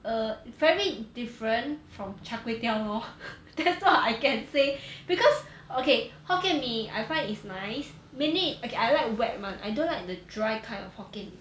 err very different from char kway teow lor that's what I can say because okay hokkien mee I find is nice mainly okay I like wet [one] I don't like the dry kind of hokkien mee